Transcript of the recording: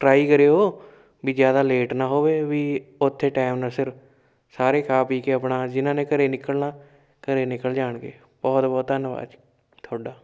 try ਕਰਿਓ ਵੀ ਜ਼ਿਆਦਾ ਲੇਟ ਨਾ ਹੋਵੇ ਵੀ ਉੱਥੇ ਟਾਇਮ ਨਾ ਸਿਰ ਸਾਰੇ ਖਾ ਪੀ ਕੇ ਆਪਣਾ ਜਿਨਾਂ ਨੇ ਘਰੇ ਨਿਕਲਣਾ ਘਰੇ ਨਿਕਲ ਜਾਣਗੇ ਬਹੁਤ ਬਹੁਤ ਧੰਨਵਾਦ ਜੀ ਤੁਹਾਡਾ